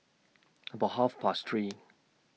about Half Past three